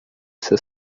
está